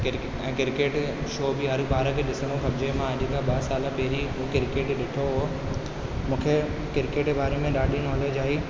क्रि ऐं cricket show बि हर ॿार खे ॾिसणो खपिजे मां अॼु खां ॿ साल पहिरीं क्रिकेट ॾिठो हुओ मूंखे क्रिकेट जे बारे में ॾाढी नोलेज आई